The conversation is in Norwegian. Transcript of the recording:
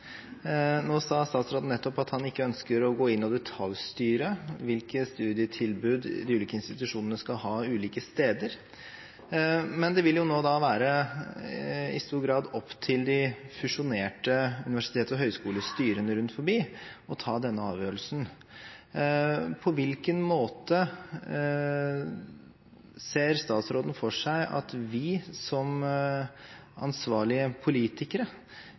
Nå sa statsråden nettopp at han ikke ønsker å gå inn og detaljstyre hvilke studietilbud de ulike institusjonene skal ha ulike steder, men det vil jo nå i stor grad være opp til de fusjonerte universitets- og høyskolestyrene rundt omkring å ta denne avgjørelsen. På hvilken måte ser statsråden for seg at vi som ansvarlige politikere